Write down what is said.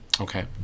okay